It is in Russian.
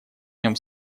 нем